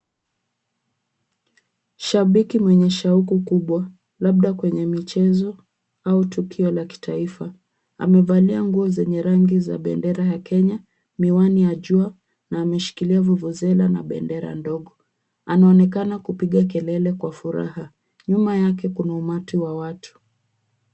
Shabiki mwenye shauku kubwa, labda kwenye michezo au tukio la kitaifa. Amevalia nguo zenye rangi ya bendera ya Kenya, miwani ya jua na ameshikilia vuvuzela na bendera ndogo. Anaonekana kupiga kelele kwa furaha. Nyuma yake kuna umati wa watu.